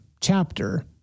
chapter